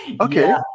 Okay